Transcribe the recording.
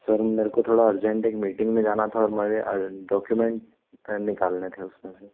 sir मेरे को थोड़ा अर्जेंट एक मीटिंग में जाना था और हमारे डॉक्यूमेंट निकालना थे उस में से